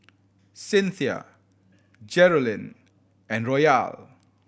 Cinthia Geralyn and Royal